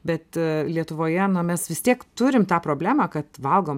bet lietuvoje mes vis tiek turim tą problemą kad valgom